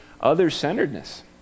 other-centeredness